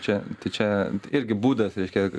čia tai čia irgi būdas reiškia